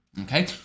Okay